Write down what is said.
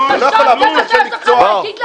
--- זה מה שיש לך להגיד לנו?